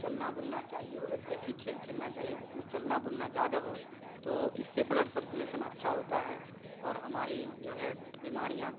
چلنا گلنا چاہیے اور ایک ایسی کھیل کھیلنا چاہیے جس میں چلنا بلنا زیادہ ہو تو اس سے بلڈ سرکولیسن اچھا ہوتا ہے اور ہماری جو ہے بیماریاں